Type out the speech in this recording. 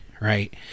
right